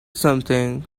something